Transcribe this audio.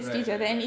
right right right